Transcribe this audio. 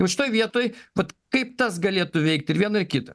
va šitoj vietoj vat kaip tas galėtų veikti ir vieną ir kitą